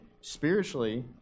spiritually